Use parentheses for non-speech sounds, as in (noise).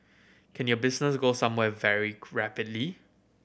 can your business go somewhere very (unintelligible) rapidly